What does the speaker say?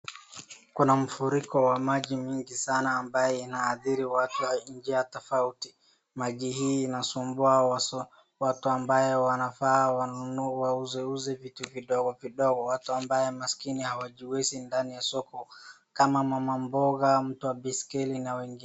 Kuna mafuriko wa maji mingi sana ambaye inaadhiri watu kwa njia tofauti. Maji hii inasumbua haswa watu wambaye wanafaa wauzeuze vitu vidogovidogo. watu ambaye maskini hawajiwezi ndani ya soko kama mama mboga, mtu wa baiskeli na wengine.